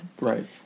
Right